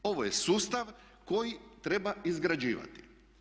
Ovo je sustav koji treba izgrađivati.